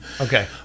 Okay